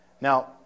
Now